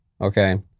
okay